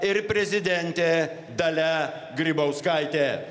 ir prezidentė dalia grybauskaitė